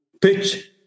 pitch